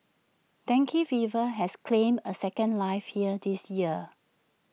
dengue fever has claimed A second life here this year